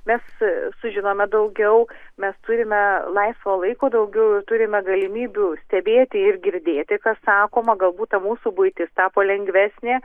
mes sužinome daugiau mes turime laisvo laiko daugiau ir turime galimybių stebėti ir girdėti kas sakoma galbūt ta mūsų buitis tapo lengvesnė